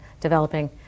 developing